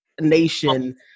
nation